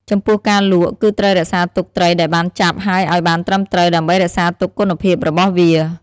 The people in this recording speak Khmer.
ចំពោះការលក់គឺត្រូវរក្សាទុកត្រីដែលបានចាប់ហើយឲ្យបានត្រឹមត្រូវដើម្បីរក្សាទុកគុណភាពរបស់វា។